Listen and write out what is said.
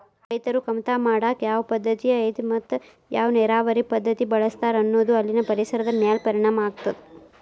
ರೈತರು ಕಮತಾ ಮಾಡಾಕ ಯಾವ ಪದ್ದತಿ ಐತಿ ಮತ್ತ ಯಾವ ನೇರಾವರಿ ಪದ್ಧತಿ ಬಳಸ್ತಾರ ಅನ್ನೋದು ಅಲ್ಲಿನ ಪರಿಸರದ ಮ್ಯಾಲ ಪರಿಣಾಮ ಆಗ್ತದ